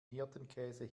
hirtenkäse